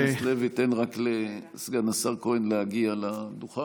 חבר הכנסת לוי, רק תן לסגן השר כהן להגיע לדוכן.